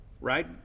right